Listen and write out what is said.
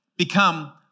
Become